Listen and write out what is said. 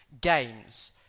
games